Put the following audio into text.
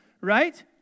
right